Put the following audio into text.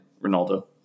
ronaldo